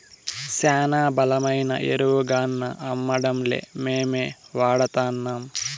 శానా బలమైన ఎరువుగాన్నా అమ్మడంలే మేమే వాడతాన్నం